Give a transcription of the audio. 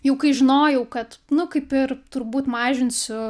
jau kai žinojau kad nu kaip ir turbūt mažinsiu